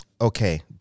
Okay